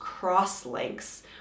crosslinks